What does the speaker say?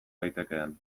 daitekeen